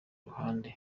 ruhande